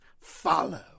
follow